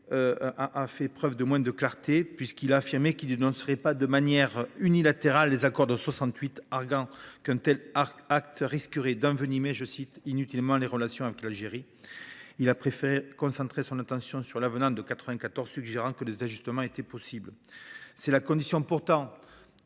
a fait preuve d’une moindre clarté : il a affirmé qu’il ne dénoncerait pas de manière unilatérale les accords de 1968, arguant qu’un tel acte risquerait d’« envenimer inutilement les relations avec l’Algérie ». Il a préféré concentrer son attention sur l’avenant de 1994, suggérant que des ajustements étaient possibles. La dénonciation de cet